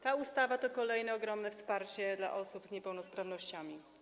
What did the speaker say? Ta ustawa to kolejne ogromne wsparcie dla osób z niepełnosprawnościami.